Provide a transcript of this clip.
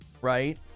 Right